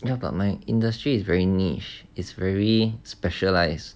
ya but my industry is very niche is very specialized